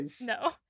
No